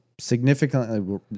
significantly